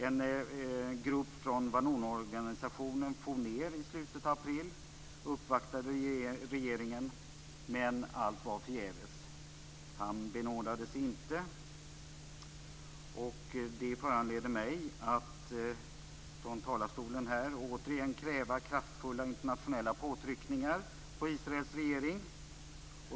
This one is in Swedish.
En grupp från Vanunuorganisationen for ned i slutet av april och uppvaktade regeringen, men allt var förgäves. Han benådades inte. Det föranleder mig att från talarstolen återigen kräva kraftfulla internationella påtryckningar på Israels regering.